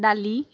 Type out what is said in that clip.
দালি